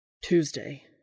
Tuesday